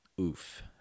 oof